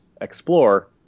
explore